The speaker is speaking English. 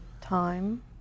time